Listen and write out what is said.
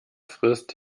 frisst